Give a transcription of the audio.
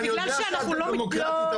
ואני יודע שאת דמוקרטית,